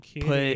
put